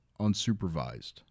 unsupervised